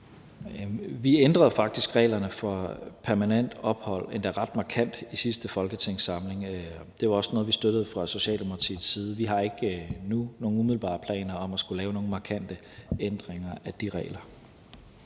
Vi ændrede faktisk reglerne for permanent ophold, endda ret markant, i sidste folketingssamling. Det var også noget, vi støttede fra Socialdemokratiets side. Vi har ikke nu nogen umiddelbare planer om at skulle lave nogen markante ændringer af de regler.